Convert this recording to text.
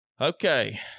okay